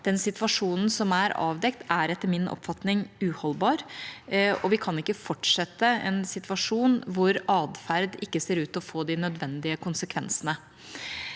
situasjonen som er avdekket, er etter min oppfatning uholdbar, og vi kan ikke fortsette å ha en situasjon hvor atferd ikke ser ut til å få de nødvendige konsekvensene.